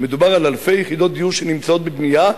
מדובר על אלפי יחידות דיור שנמצאות בבנייה,